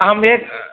अहं यत्